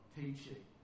teaching